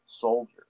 Soldier